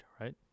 right